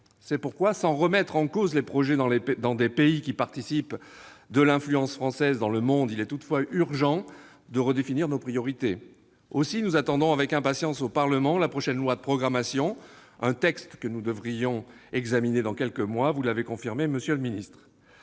C'est pourquoi, sans remettre en cause les projets dans des pays qui participent de l'influence française dans le monde, il est toutefois urgent de redéfinir nos priorités. Aussi, nous attendons avec impatience l'examen par le Parlement du prochain projet de loi d'orientation et de programmation- vous l'avez confirmé, monsieur le ministre,